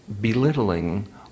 belittling